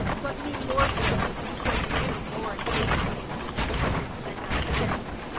but me more good to see so great a lord basely insinuate and send us gifts.